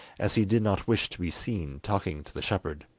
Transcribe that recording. as he did not wish to be seen talking to the shepherd.